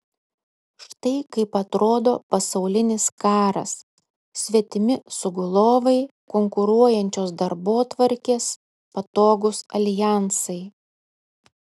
štai kaip atrodo pasaulinis karas svetimi sugulovai konkuruojančios darbotvarkės patogūs aljansai